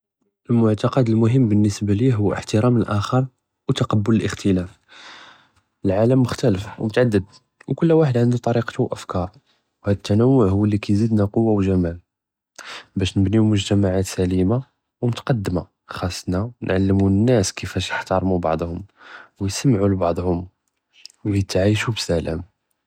אלמֻעְתַקַד אלְמֻהִם בִּנְסִבְּה לִי הֻוַא اِחְתִרַאם אלאַאחֶ׳ר וְתַקַבֻּל אלאִחְתִלַאף, אלְעַאלַם מֻכְּתַלִף וּמֻתַעַדִּד וְכֻּל וַאחֶד עַנְדוּ טַרִיקְתוּ וְאַפְכַארוּ, וְהַאד אֶתְּנוּוּע הֻוַא לִי כִּיְזִידְנַא קֻוַּה וְגַ׳מַאל, בַּאש נְבְּנִיוּ מֻגְ׳תַמַעַאת סַלִימַה וּמֻתַקַדִּמַה, חַ׳אסְנַא נְעַלְּמוּ אֶנָּאס כִּיפַאש יִחְתַארְמוּ בַּעְדְהֻם, וְיִסְמְעוּ לִבַּעְדְהֻם וְיִתְעַאיְשׁוּ בִּסַלַאם.